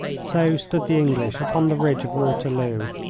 so stood the english upon the ridge of waterloo.